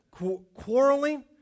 quarreling